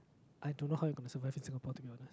I don't know how you can survive in Singapore to be honest